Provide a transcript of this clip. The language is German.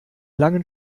langen